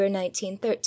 1913